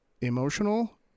emotional